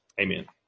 Amen